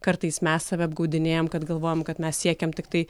kartais mes save apgaudinėjam kad galvojam kad mes siekiam tiktai